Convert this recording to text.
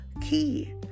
key